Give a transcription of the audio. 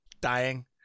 dying